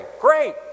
Great